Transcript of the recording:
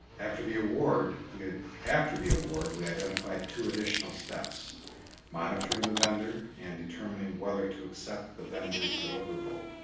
after the award did after the award we identified two additional steps monitoring the vendor and determining whether to accept the vendors deliverable